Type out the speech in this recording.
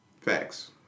facts